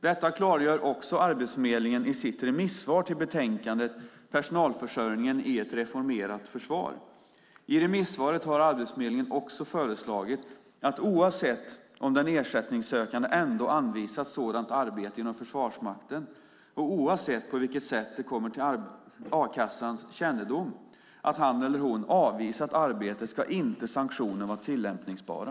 Detta klargör också Arbetsförmedlingen i sitt remissvar till betänkandet Personalförsörjningen i ett reformerat försvar . I remissvaret har Arbetsförmedlingen också föreslagit att oavsett om den ersättningssökande ändå anvisats sådant arbete inom Försvarsmakten och oavsett på vilket sätt det kommer till a-kassans kännedom att han eller hon avvisat arbetet ska inte sanktioner vara tillämpbara.